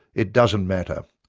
it doesn't matter.